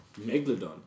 Megalodon